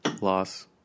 Loss